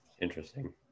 interesting